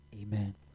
Amen